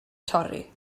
torri